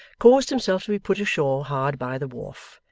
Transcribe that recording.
caused himself to be put ashore hard by the wharf,